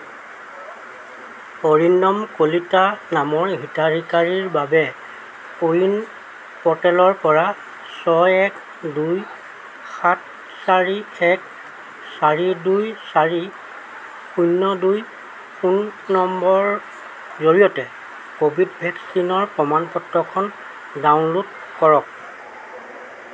অৰিন্দম কলিতা নামৰ হিতাধিকাৰীৰ বাবে কোৱিন প'ৰ্টেলৰপৰা ছয় এক দুই সাত চাৰি এক চাৰি দুই চাৰি শূন্য দুই ফোন নম্বৰৰ জৰিয়তে ক'ভিড ভেকচিনৰ প্ৰমাণপত্ৰখন ডাউনলোড কৰক